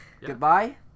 Goodbye